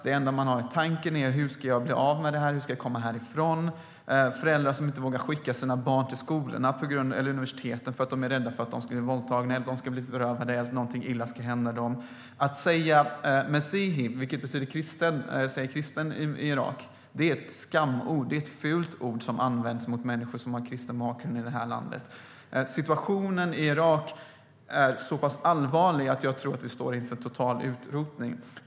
Det enda de tänker på är hur de ska komma därifrån. Föräldrar vågar inte skicka sina barn till universitet eftersom de är rädda för att de ska bli våldtagna eller att något annat ont ska hända dem. Messihi, som betyder kristen i Irak, är ett skamligt ord att säga, ett fult ord, som används om människor med kristen bakgrund i landet. Situationen i Irak är så pass allvarlig att jag tror att vi står inför total utrotning.